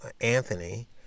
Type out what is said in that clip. Anthony